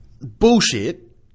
Bullshit